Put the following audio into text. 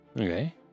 Okay